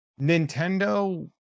Nintendo